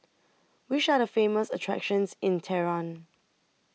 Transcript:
Which Are The Famous attractions in Tehran